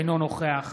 אינו נוכח